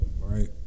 right